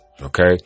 Okay